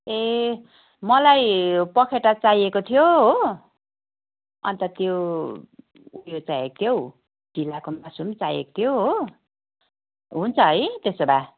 ए मलाई पखेटा चाहिएको थियो हो अन्त त्यो उयो चाहिएको थियो फिलाको मासु पनि चाहिएको थियो हो हुन्छ है त्यसो भए